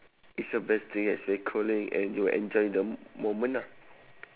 is your best thing yes very cooling and you will enjoy the moment ah